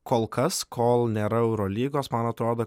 kol kas kol nėra eurolygos man atrodo